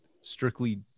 strictly